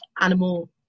animal